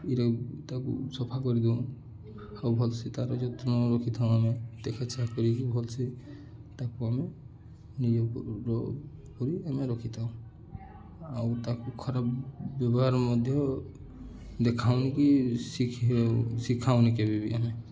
ଇରେ ତାକୁ ସଫା କରିଦେଉ ଆଉ ଭଲସେ ତାର ଯତ୍ନ ରଖିଥାଉଁ ଆମେ ଦେଖାଚାହାଁ କରିକି ଭଲସେ ତାକୁ ଆମେ ନିଜ କରି ଆମେ ରଖିଥାଉ ଆଉ ତାକୁ ଖରାପ ବ୍ୟବହାର ମଧ୍ୟ ଦେଖାଉନି କିି ଶିଖାଉନି କେବେ ବି ଆମେ